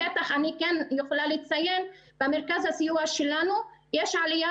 אני כן יכולה לציין שבמרכז הסיוע שלנו יש עלייה